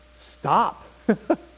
Stop